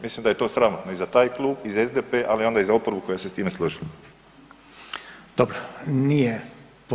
Mislim da je to sramotno i za taj klub i za SDP, ali onda i za oporbu koja se s time složila.